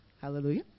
Hallelujah